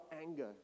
anger